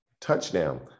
touchdown